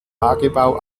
tagebau